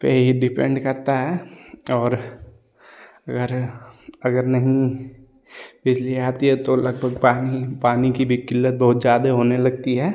पर ही डिपेन्ड करता है और अगर अगर नहीं बिजली आती है तो लगभग पानी पानी की भी किल्लत बहुत ज़्यादा होने लगती है